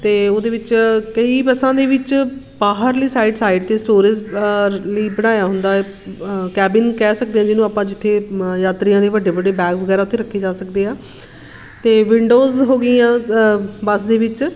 ਅਤੇ ਉਹਦੇ ਵਿੱਚ ਕਈ ਬੱਸਾਂ ਦੇ ਵਿੱਚ ਬਾਹਰਲੀ ਸਾਈਡ ਸਾਈਡ 'ਤੇ ਸਟੋਰੇਜ਼ ਲਈ ਬਣਾਇਆ ਹੁੰਦਾ ਕੈਬਿਨ ਕਹਿ ਸਕਦੇ ਜਿਹਨੂੰ ਆਪਾਂ ਜਿੱਥੇ ਮ ਯਾਤਰੀਆਂ ਦੇ ਵੱਡੇ ਵੱਡੇ ਬੈਗ ਵਗੈਰਾ ਉੱਥੇ ਰੱਖੇ ਜਾ ਸਕਦੇ ਆ ਅਤੇ ਵਿੰਡੋਜ਼ ਹੋ ਗਈਆਂ ਬੱਸ ਦੇ ਵਿੱਚ